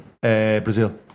Brazil